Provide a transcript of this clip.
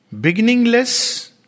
beginningless